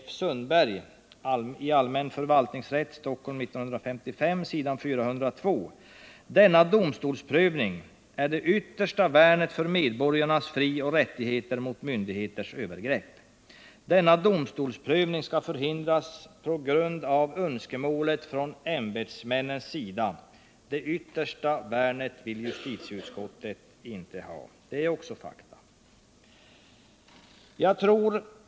F. Sundberg i Allmän förvaltningsrätt, Stockholm 1955, s. 402: ”--- denna domstolsprövning är det yttersta värnet för medborgarnas frioch rättigheter mot myndigheters övergrepp”. Denna domstolsprövning skall förhindras på grund av ”önskemålet” från ämbetsmännens sida; ”det yttersta värnet” vill justitietutskottet inte ha. Det är också fakta.